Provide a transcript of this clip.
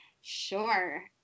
Sure